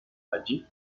allí